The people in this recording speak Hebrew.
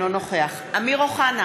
אינו נוכח אמיר אוחנה,